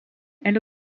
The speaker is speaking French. elle